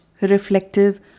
reflective